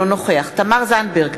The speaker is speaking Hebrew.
אינו נוכח תמר זנדברג,